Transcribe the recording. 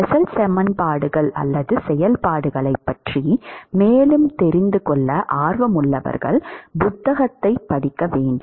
Bessel செயல்பாடுகளைப் பற்றி மேலும் தெரிந்துகொள்ள ஆர்வமுள்ளவர்கள் புத்தகத்தைப் படிக்க வேண்டும்